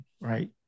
right